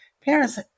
parents